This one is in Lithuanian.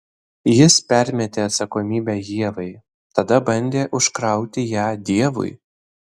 jis permetė atsakomybę ievai tada bandė užkrauti ją dievui